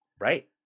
Right